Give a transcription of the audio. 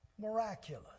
miraculous